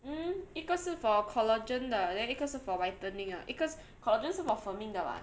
mm 一个是 for collagen 的 then 一个是 for whitening 的 because collagen 是 for firming 的 [what]